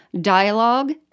dialogue